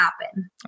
happen